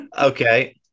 Okay